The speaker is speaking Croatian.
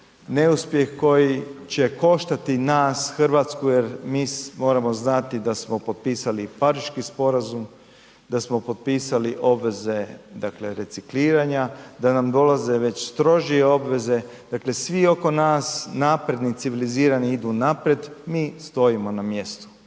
neuspjeh koji će koštati nas Hrvatsku jer mi moramo znati da smo potpisali i Pariški sporazum, da smo potpisali obveze recikliranja, da nam dolaze već strožije obveze, dakle svi oko nas napredni civilizirani idu naprijed, mi stojimo na mjestu